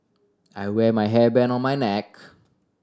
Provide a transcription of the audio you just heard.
I wear my hairband on my neck